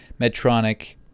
Medtronic